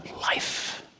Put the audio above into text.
life